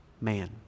man